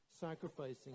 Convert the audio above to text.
sacrificing